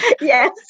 Yes